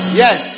yes